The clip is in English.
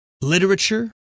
literature